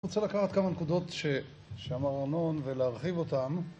אני רוצה לקחת כמה נקודות ששמע ארנון ולהרחיב אותן